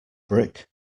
brick